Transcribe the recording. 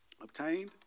obtained